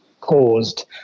caused